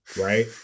right